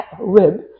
rib